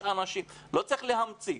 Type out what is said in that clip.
לא צריך להמציא.